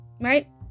right